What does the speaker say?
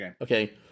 Okay